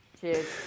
cheers